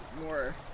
more